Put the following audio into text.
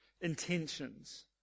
intentions